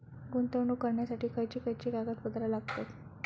गुंतवणूक करण्यासाठी खयची खयची कागदपत्रा लागतात?